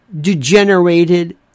degenerated